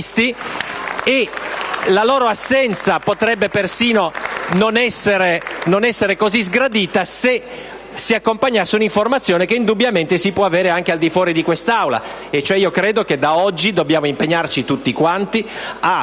La loro assenza potrebbe persino non essere così sgradita se si accompagnasse a un'informazione, che indubbiamente si può avere anche al di fuori di quest'Aula; in altre parole, io credo che da oggi dobbiamo impegnarci tutti quanti a